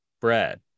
Brad